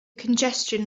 congestion